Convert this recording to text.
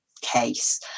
case